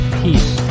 peace